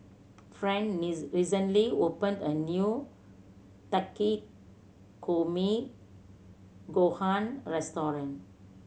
Friend recently opened a new Takikomi Gohan Restaurant